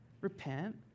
Repent